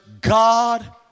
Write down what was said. god